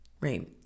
right